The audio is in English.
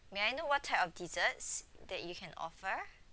may I know what type of desserts that you can offer